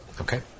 Okay